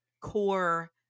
core